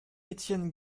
étienne